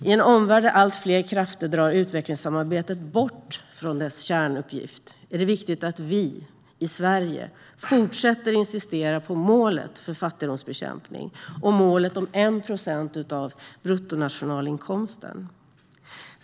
I en omvärld där allt fler krafter drar utvecklingssamarbetet bort från dess kärnuppgift är det viktigt att vi i Sverige fortsätter att insistera på målet för fattigdomsbekämpning och målet om 1 procent av bruttonationalinkomsten.